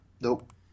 nope